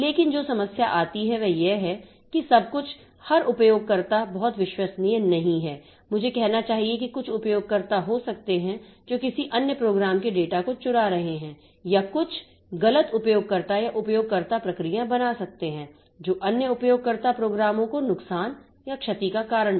लेकिन जो समस्या आती है वह यह है कि सब कुछ हर उपयोगकर्ता बहुत विश्वसनीय नहीं है मुझे कहना चाहिए कि कुछ उपयोगकर्ता हो सकते हैं जो किसी अन्य प्रोग्राम के डेटा को चुरा रहे हैं या कुछ गलत उपयोगकर्ता या उपयोगकर्ता प्रक्रियाएं बना सकते हैं जो अन्य उपयोगकर्ता प्रोग्रामों को नुकसान या क्षति का कारण बनता है